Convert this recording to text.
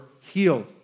healed